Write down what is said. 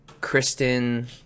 Kristen